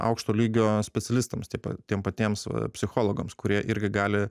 aukšto lygio specialistams taip pat tiem patiems psichologams kurie irgi gali